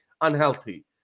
unhealthy